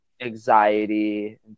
anxiety